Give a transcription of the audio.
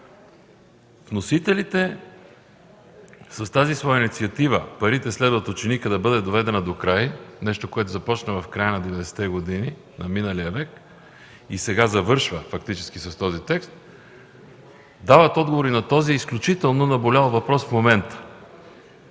Вносителите с тази своя инициатива – парите следват ученика, да бъде доведена до край, нещо, което започна в края на 90-те години на миналия век и сега завършва с този текст, дават отговор на този изключително наболял в момента